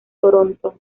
toronto